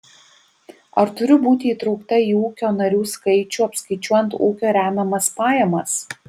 ar turiu būti įtraukta į ūkio narių skaičių apskaičiuojant ūkio remiamas pajamas